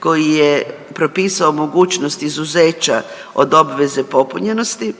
koji je propisao mogućnost izuzeća od obveze popunjenosti,